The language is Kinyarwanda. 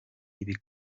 ibi